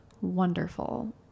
wonderful